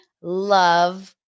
love